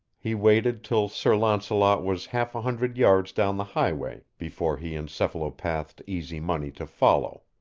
he waited till sir launcelot was half a hundred yards down the highway before he encephalopathed easy money to follow,